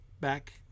back